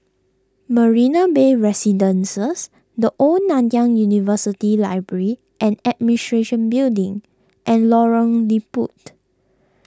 Marina Bay Residences the Old Nanyang University Library and Administration Building and Lorong Liput